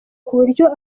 kuburyo